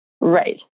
Right